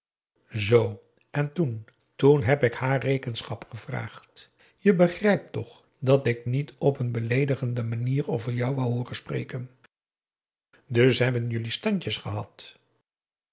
zoo en toen toen heb ik haar rekenschap gevraagd je begrijpt toch dat ik niet op een beleedigende manier over jou woû hooren spreken dus hebben jullie standjes gehad